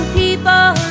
people